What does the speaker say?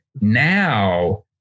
Now